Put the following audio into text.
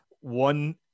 One